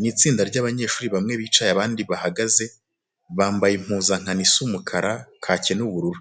Ni itsinda ry'abanyeshuri bamwe bicaye abandi bahagaze, bambaye impuzankano isa umukara, kake n'ubururu.